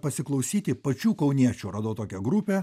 pasiklausyti pačių kauniečių radau tokią grupę